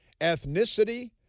ethnicity